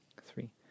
three